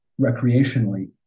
recreationally